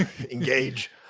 engage